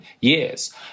years